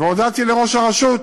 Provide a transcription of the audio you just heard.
והודעתי לראש הרשות,